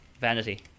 vanity